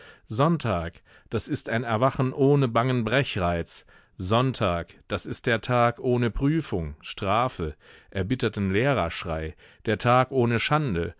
sonntag das ist ein erwachen ohne bangen brechreiz sonntag das ist der tag ohne prüfung strafe erbitterten lehrerschrei der tag ohne schande